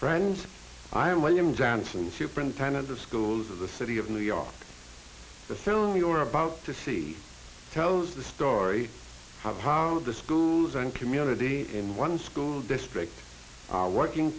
friend i want him johnson superintendent of schools of the city of new york the film you're about to see tells the story of how the schools and community in one school districts are working